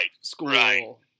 school